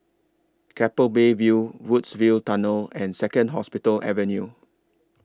Keppel Bay View Woodsville Tunnel and Second Hospital Avenue